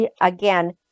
again